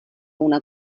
una